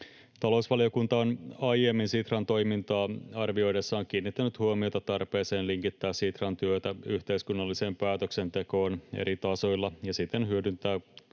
Talousvaliokunta on aiemmin Sitran toimintaa arvioidessaan kiinnittänyt huomiota tarpeeseen linkittää Sitran työtä yhteiskunnalliseen päätöksentekoon eri tasoilla ja siten hyödyntää työn tuloksia